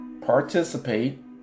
participate